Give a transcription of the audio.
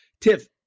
Tiff